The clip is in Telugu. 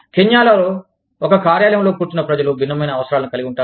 కెన్యా లో ఒక కార్యాలయంలో కూర్చున్న ప్రజలు భిన్నమైన అవసరాలను కలిగి ఉంటారు